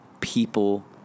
people